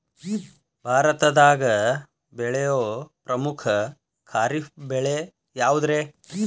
ಭಾರತದಾಗ ಬೆಳೆಯೋ ಪ್ರಮುಖ ಖಾರಿಫ್ ಬೆಳೆ ಯಾವುದ್ರೇ?